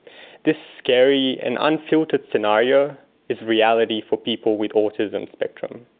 this scary and unfiltered scenario is reality for people with autism spectrum.